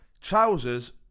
trousers